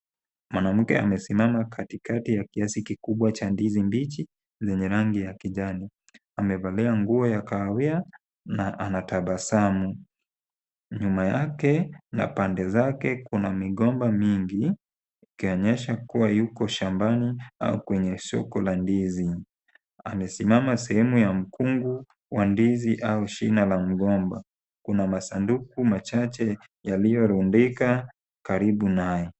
Mwanamke amesimama katikati ya kiasi kikubwa cha ndizi mbichi lenye rangi ya kijani . Amevalia nguo ya kahawia na anatabasamu. Nyuma yake na pande zake kuna migomba mingi ikionyesha kuwa yuko shambani au kwenye soko la ndizi. Amesimama sehemu ya mkungu wa ndizi au shina la mgomba. Kuna masanduku machache yaliyorundika karibu naye.